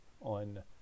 on